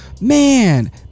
man